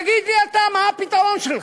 תגיד לי אתה, מה הפתרון שלך?